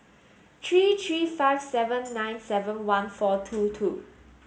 three three five seven nine seven one four two two